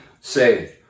saved